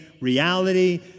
reality